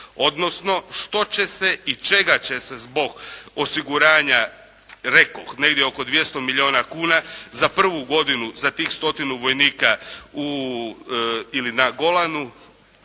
Odnosno što će se i čega će se zbog osiguranja, rekoh, negdje oko 200 milijuna kuna, za prvu godinu, za tih 100-tinu vojnika u, ili na Golanu,